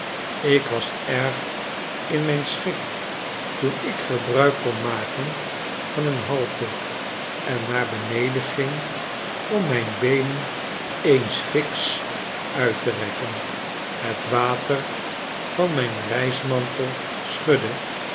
ik was erg in mijn schik toen ik gebruik kon maken van een halte en naar beneden ging om mijn beenen eens nks uit te rekken het water van mijn reismantel schudde